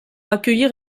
accueillir